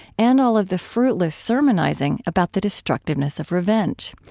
and all of the fruitless sermonizing about the destructiveness of revenge.